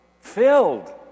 Filled